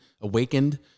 awakened